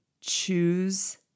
Choose